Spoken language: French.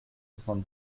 soixante